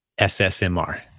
SSMR